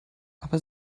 aber